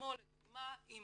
כמו לדוגמה אם